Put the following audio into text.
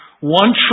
one